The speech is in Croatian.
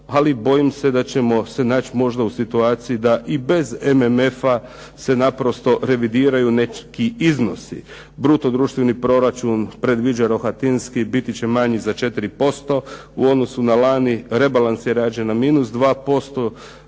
ali bojim se da ćemo se naći možda u situaciji da i bez MMF-a se naprosto revidiraju neki iznosi, bruto društveni proračun predviđa Rohatinski biti će manji za 4% u odnosu na lani, rebalans je rađen na -2%,